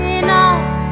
enough